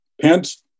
Pence